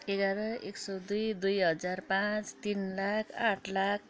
एघार एक सय दुई दुई हजार पाँच तिन लाख आठ लाख